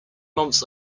months